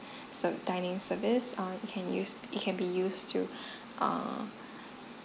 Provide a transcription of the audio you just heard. ser~ dining service err you can use it can be used to err